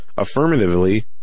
affirmatively